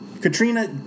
Katrina